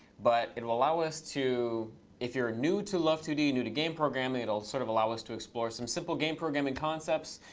but it will allow us to if you're new to love two d, new to game programming, it'll sort of allow us to explore some simple game programming concepts.